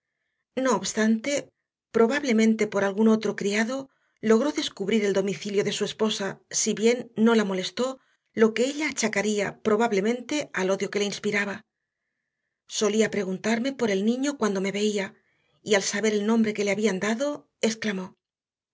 no obstante probablemente por algún otro criado logró descubrir el domicilio de su esposa si bien no la molestó lo que ella achacaría probablemente al odio que le inspiraba solía preguntarme por el niño cuando me veía y al saber el nombre que le habían dado exclamó